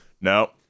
No